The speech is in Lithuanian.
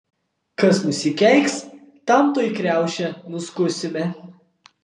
kas nusikeiks tam tuoj kriaušę nuskusime